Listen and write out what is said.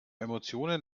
emotionen